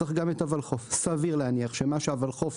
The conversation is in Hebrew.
צריך גם את הוולחו"ף; סביר להניח שמה שהוולחו"ף